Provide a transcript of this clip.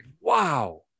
Wow